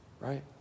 right